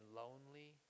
lonely